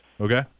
Okay